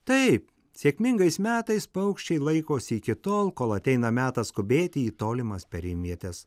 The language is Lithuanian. taip sėkmingais metais paukščiai laikosi iki tol kol ateina metas skubėti į tolimas perimvietes